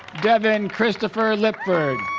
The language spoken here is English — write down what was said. devin christopher lipford